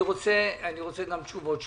אני רוצה גם תשובות שלך.